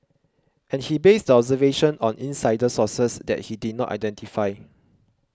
and he based the observation on insider sources that he did not identify